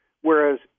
whereas